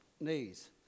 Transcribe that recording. knees